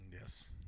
Yes